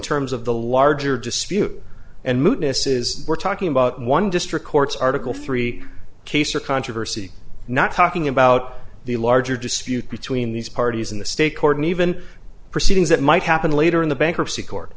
terms of the larger dispute and mootness is we're talking about one district courts article three case or controversy not talking about the larger dispute between these parties in the state court and even proceedings that might happen later in the bankruptcy court